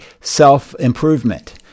self-improvement